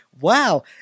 Wow